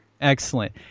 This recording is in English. Excellent